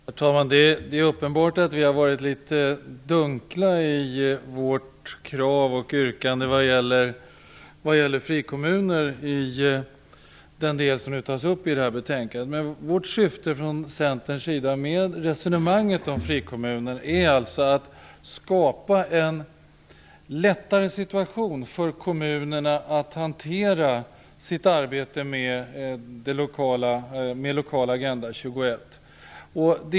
Herr talman! Det är uppenbart att vi har varit litet dunkla i vårt krav och yrkande i den del i betänkandet som gäller frikommuner, som nu tas upp. Men Centerns syfte med resonemanget om frikommuner är att skapa en situation för kommunerna som gör det lättare att hantera arbetet med den lokala Agenda 21.